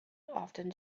often